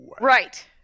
Right